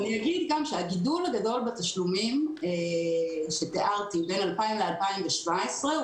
אגיד גם שהגידול הגדול בתשלומים שתיארתי בין 2000 2017 הוא